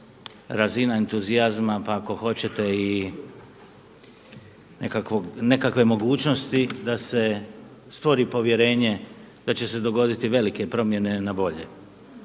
razina entuzijazma, pa ako hoćete i nekakve mogućnosti da se stvori povjerenje da će se dogoditi velike promjene na bolje.